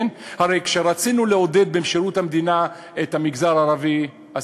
הרי כשרצינו לעודד העסקה של המגזר הערבי בשירות המדינה,